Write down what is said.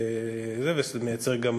בדיוק, ושזה מייצר גם